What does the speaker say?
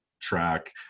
track